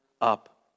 up